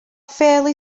fairly